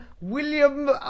William